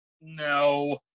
No